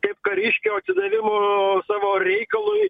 kaip kariškio atsidavimu savo reikalui